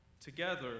together